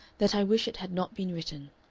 that i wish it had not been written.